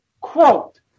quote